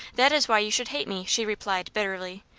that is why you should hate me, she replied, bitterly.